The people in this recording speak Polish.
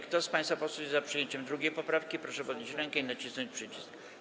Kto z państwa posłów jest za przyjęciem 2. poprawki, proszę podnieść rękę i nacisnąć przycisk.